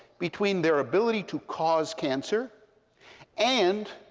between their ability to cause cancer and,